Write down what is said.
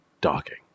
Docking